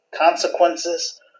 consequences